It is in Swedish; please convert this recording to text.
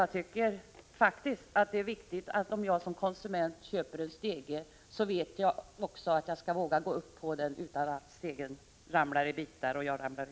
Jag tycker faktiskt att det är viktigt att jag när jag som konsument köper en stege vet att jag också vågar gå upp på den utan att stegen ramlar i bitar och jag i golvet.